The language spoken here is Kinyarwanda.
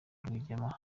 rwigema